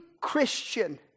Christian